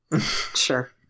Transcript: Sure